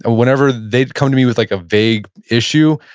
ah whenever they'd come to me with like a vague issue,